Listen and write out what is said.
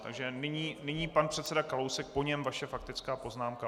Takže nyní pan předseda Kalousek, po něm vaše faktická poznámka.